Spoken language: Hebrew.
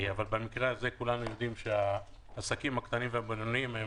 אבל במקרה הזה כולנו יודעים שהעסקים הקטנים והבינוניים הם